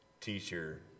teacher